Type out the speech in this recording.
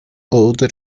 oder